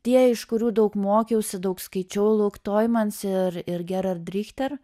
tie iš kurių daug mokiausi daug skaičiau luk toimans ir ir gerard richter